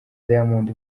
diamond